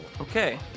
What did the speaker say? Okay